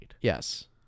Yes